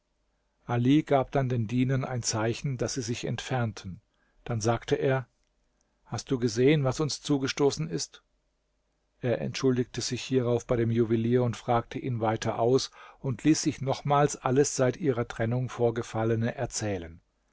ali gab dann den dienern ein zeichen daß sie sich entfernten dann sagte er hast du gesehen was uns zugestoßen ist er entschuldigte sich hierauf bei dem juwelier und fragte ihn weiter aus und ließ sich nochmals alles seit ihrer trennung vorgefallene erzählen